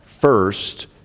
First